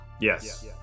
Yes